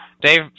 Dave